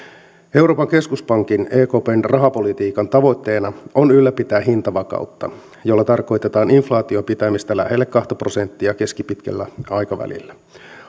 euroopan keskuspankin ekpn rahapolitiikan tavoitteena on ylläpitää hintavakautta jolla tarkoitetaan inflaation pitämistä lähellä kahta prosenttia keskipitkällä aikavälillä